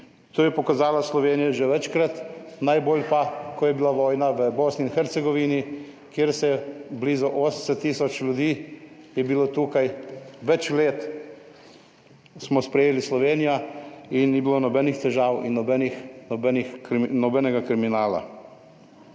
To je pokazala Slovenija že večkrat, najbolj pa, ko je bila vojna v Bosni in Hercegovini, kjer se je blizu 80 tisoč ljudi je bilo tukaj več let, smo sprejeli, Slovenija, in ni bilo nobenih težav in nobenega kriminala.